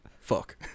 fuck